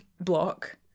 block